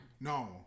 No